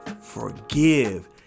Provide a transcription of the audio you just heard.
Forgive